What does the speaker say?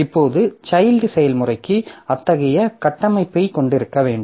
இப்போது சைல்ட் செயல்முறைக்கு அத்தகைய கட்டமைப்பைக் கொண்டிருக்க வேண்டும்